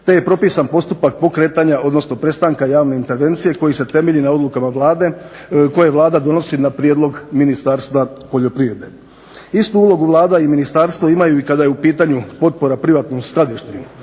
te je propisan postupak pokretanja, odnosno prestanka javne intervencije koji se temelji na odlukama Vlade, koje Vlada donosi na prijedlog Ministarstva poljoprivrede. Istu ulogu Vlada i ministarstvo imaju i kada je u pitanju potpora privatnom skladištenju.